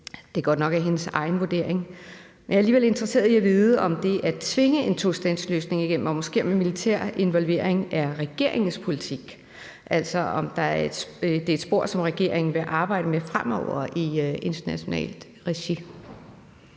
at det godt nok er hendes egen vurdering, men jeg er alligevel interesseret i at vide, om det at tvinge en tostatsløsning igennem og måske med militær involvering er regeringens politik, altså om det er et spor, som regeringen vil arbejde med fremover i internationalt regi.